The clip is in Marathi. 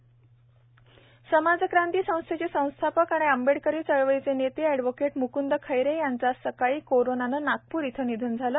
मुकुंद खैरे निधन समाजक्रांती संस्थेचे संस्थापकआणि आंबेडकरी चळवळीचे नेते एडवोकेट मुकंद खैरे यांचे आज सकाळी कोरोनाने नागपूर इथं निधन झाले